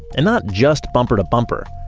and not just bumper to bumper,